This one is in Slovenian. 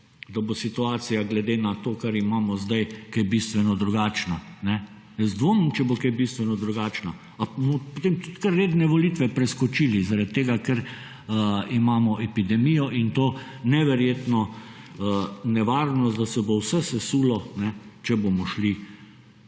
da bo situacija glede na to, kar imamo zdaj, kaj bistveno drugačna. Jaz dvomim, če bo kaj bistveno drugačna. A bi potem tudi kar redne volitve preskočili zaradi tega, ker imamo epidemijo in to neverjetno nevarnost, da se bo vse sesulo, če bomo šli